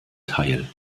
teil